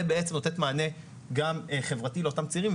ובעצם לתת מענה גם חברתי לאותם צעירים,